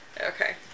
okay